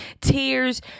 tears